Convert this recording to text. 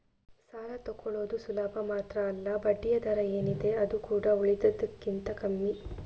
ಸಾಲ ತಕ್ಕೊಳ್ಳುದು ಸುಲಭ ಮಾತ್ರ ಅಲ್ಲ ಬಡ್ಡಿಯ ದರ ಏನಿದೆ ಅದು ಕೂಡಾ ಉಳಿದದಕ್ಕಿಂತ ಕಮ್ಮಿ